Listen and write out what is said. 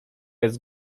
jest